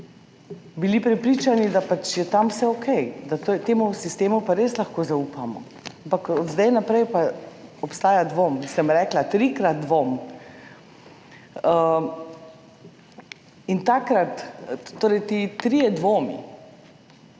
bili prepričani, da pač je tam vse okej, da temu sistemu pa res lahko zaupamo. Ampak od zdaj naprej pa obstaja dvom, sem rekla, trikrat dvom. In takrat, torej ti trije dvomi,